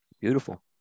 Beautiful